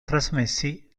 trasmessi